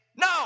No